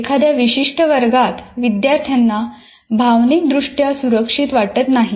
एखाद्या विशिष्ट वर्गात विद्यार्थ्यांना भावनिकदृष्ट्या सुरक्षित वाटत नाही